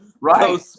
right